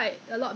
so